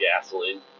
gasoline